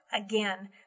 again